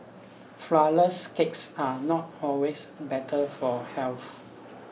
flourless cakes are not always better for health